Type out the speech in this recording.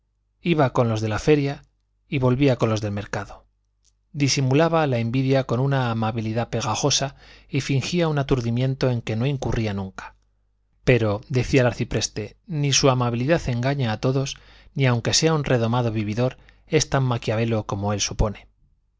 iba con los de la feria y volvía con los del mercado disimulaba la envidia con una amabilidad pegajosa y fingía un aturdimiento en que no incurría nunca pero decía el arcipreste ni su amabilidad engaña a todos ni aunque sea un redomado vividor es tan maquiavelo como él supone